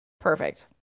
perfect